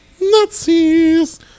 Nazis